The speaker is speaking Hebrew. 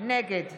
נגד